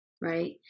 Right